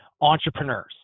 entrepreneurs